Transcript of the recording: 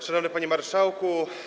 Szanowny Panie Marszałku!